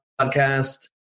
podcast